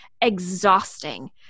exhausting